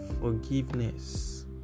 forgiveness